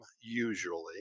Usually